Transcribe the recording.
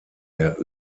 der